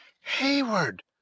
Hayward